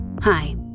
Hi